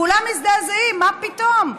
כולם מזדעזעים: מה פתאום?